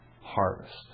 harvest